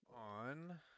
on